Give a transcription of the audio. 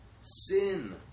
Sin